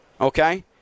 okay